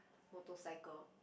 motorcycle